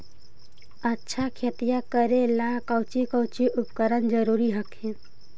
अच्छा खेतिया करे ला कौची कौची उपकरण जरूरी हखिन?